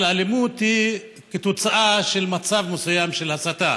אבל אלימות היא כתוצאה של מצב מסוים של הסתה,